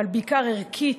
אבל בעיקר ערכית,